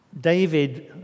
David